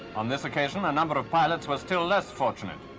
on this occasion, a number of pilots was still less fortunate.